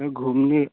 sir घूमने